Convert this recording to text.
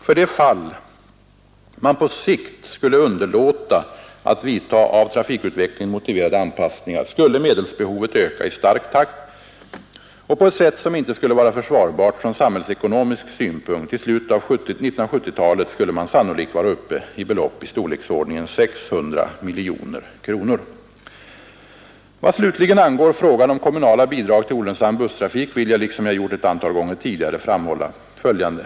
För det fall man på sikt skulle underlåta att vidta av trafikutvecklingen motiverade anpassningar skulle medelsbehovet öka i stark takt och på ett sätt som inte skulle vara försvarbart från samhällsekonomisk synpunkt. I slutet av 1970-talet skulle man sannolikt vara uppe i belopp av storleksordningen 600 miljoner kronor. Vad slutligen angår frågan om kommunala bidrag till olönsam busstrafik vill jag — liksom jag gjort ett antal gånger tidigare — framhålla följande.